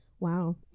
Wow